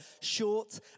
short